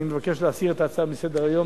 אני מבקש להסיר את ההצעה מסדר-היום.